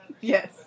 Yes